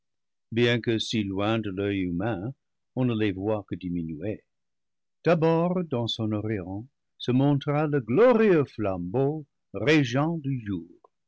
bien que si loin de l'oeil humain on ne les voie que diminués d'abord dans son orient se montra le glorieux flam beau régent du jour